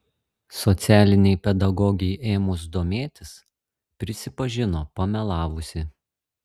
socialinei pedagogei ėmus domėtis prisipažino pamelavusi